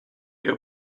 your